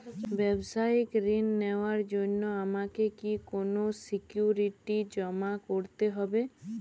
ব্যাবসায়িক ঋণ নেওয়ার জন্য আমাকে কি কোনো সিকিউরিটি জমা করতে হবে?